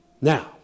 Now